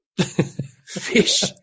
Fish